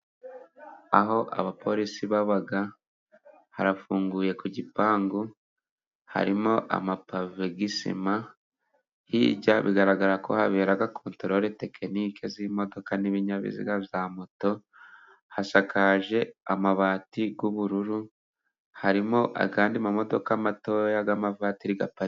Aho abapolisi baba, harafunguye ku gipangu, harimo amapave y'isima, hirya bigaragara ko habera kontorore tekiniki z'imodoka n'ibinyabiziga bya moto, hasakaje amabati y'ubururu, harimo andi mamodoka mato y'amavatiri aparitse.